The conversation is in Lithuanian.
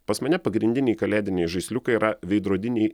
pas mane pagrindiniai kalėdiniai žaisliukai yra veidrodiniai